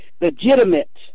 Legitimate